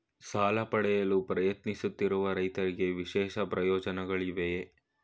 ಸಾಲ ಪಡೆಯಲು ಪ್ರಯತ್ನಿಸುತ್ತಿರುವ ರೈತರಿಗೆ ವಿಶೇಷ ಪ್ರಯೋಜನಗಳಿವೆಯೇ?